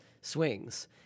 swings